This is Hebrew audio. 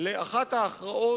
לאחת ההכרעות